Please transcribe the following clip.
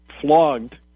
flogged